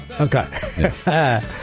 Okay